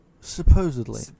supposedly